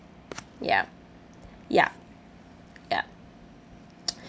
ya ya ya